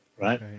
Right